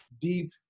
deep